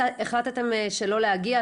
החלטתם שלא להגיע,